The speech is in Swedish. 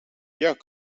jag